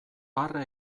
barre